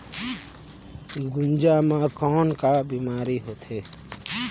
गुनजा मा कौन का बीमारी होथे?